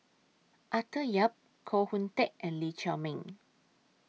Arthur Yap Koh Hoon Teck and Lee Chiaw Meng